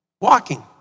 walking